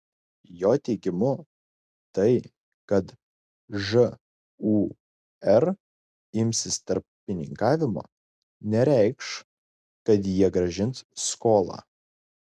jo teigimu tai kad žūr imsis tarpininkavimo nereikš kad jie grąžins skolą